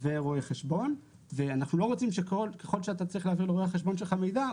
ורואי חשבון ואנחנו לא רוצים שככל שאתה צריך לתת לרואה החשבון שלך מידע,